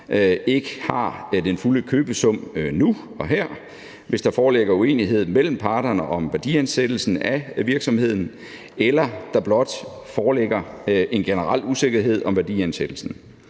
ikke har den fulde købesum nu og her, hvis der foreligger uenighed mellem parterne om værdiansættelsen af virksomheden, eller hvis der blot foreligger en generel usikkerhed om værdiansættelsen.